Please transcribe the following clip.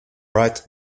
right